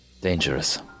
dangerous